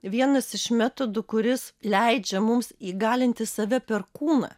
vienas iš metodų kuris leidžia mums įgalinti save per kūną